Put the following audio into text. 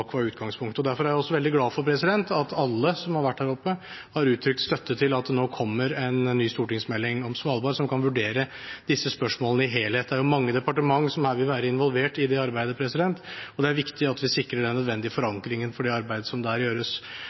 Derfor er jeg veldig glad for at alle som har vært der oppe, har uttrykt støtte til at det nå kommer en ny stortingsmelding om Svalbard som kan vurdere disse spørsmålene i helhet. Det er mange departement som vil være involvert i det arbeidet, og det er viktig at vi sikrer den nødvendige forankringen for det arbeidet som der gjøres.